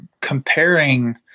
comparing